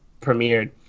premiered